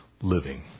living